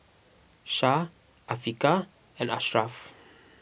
Syah Afiqah and Ashraf